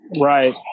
Right